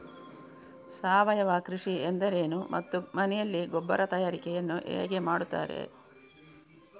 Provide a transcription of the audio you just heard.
ಸಾವಯವ ಕೃಷಿ ಎಂದರೇನು ಮತ್ತು ಮನೆಯಲ್ಲಿ ಗೊಬ್ಬರ ತಯಾರಿಕೆ ಯನ್ನು ಹೇಗೆ ಮಾಡುತ್ತಾರೆ?